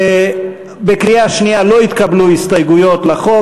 בקריאה שנייה לא התקבלו הסתייגויות לחוק.